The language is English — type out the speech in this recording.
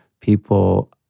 people